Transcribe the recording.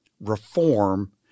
reform